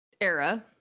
era